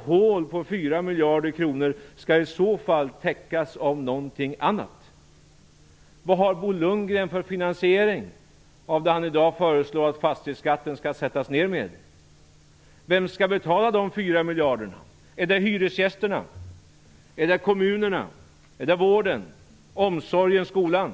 Ett hål på 4 miljarder kronor skall i så fall täckas av något. Vad har Bo Lundgren för finansiering av det som han i dag föreslår att man skall sänka fastighetsskatten med? Vem skall betala de 4 miljarderna? Är det hyresgästerna? Är det kommunerna, vården, omsorgen eller skolan?